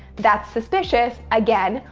that's suspicious. again,